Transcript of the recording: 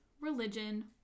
religion